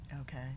Okay